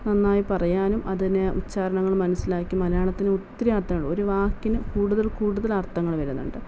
നന്നായി പറയാനും അതിനെ ഉച്ചാരണങ്ങൾ മനസ്സിലാക്കി മലയാളത്തിന് ഒത്തിരി അർത്ഥമുള്ളു വാക്കിന് കൂടുതൽ കൂടുതൽ അർത്ഥങ്ങൾ വരുന്നുണ്ട്